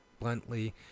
bluntly